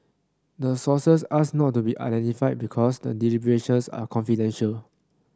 the sources asked not to be identified because the deliberations are confidential